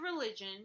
religion